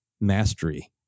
mastery